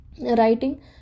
writing